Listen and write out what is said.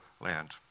land